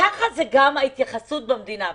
ככה זו גם ההתייחסות במדינה.